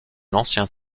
l’ancien